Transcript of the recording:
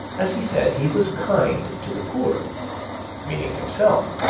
as he said, he was kind to the poor meaning himself.